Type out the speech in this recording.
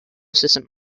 system